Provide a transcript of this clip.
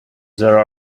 there